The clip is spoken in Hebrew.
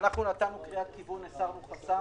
אנחנו נתנו קריאת כיוון, הסרנו חסם.